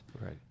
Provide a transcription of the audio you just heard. Right